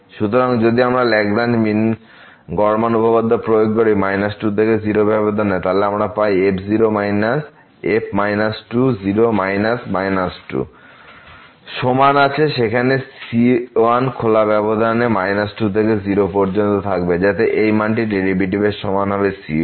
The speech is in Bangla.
সুতরাং যদি আমরা লাগরাঞ্জ গড় মান উপপাদ্য প্রয়োগ করি 2 থেকে 0 ব্যবধানে আমরা যা পাই f0 f0 সমান আছে সেখানে কিছু c1 খোলা ব্যবধান 2 থেকে 0 পর্যন্ত থাকবে যাতে এই মানটি এর ডেরিভেটিভের সমান হবে c1